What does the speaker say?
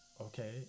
okay